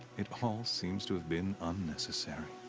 it all seems to have been unnecessary.